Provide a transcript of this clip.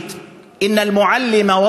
בערבית: (אומר דברים בשפה הערבית,